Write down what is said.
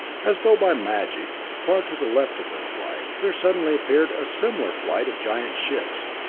as though by magic, far to the left of their flight, there suddenly appeared a similar flight of giant ships,